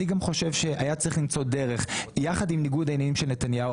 אני גם חושב שהיה צריך למצוא דרך יחד עם ניגוד העניינים של נתניהו.